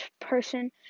person